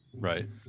Right